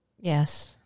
Yes